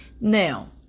Now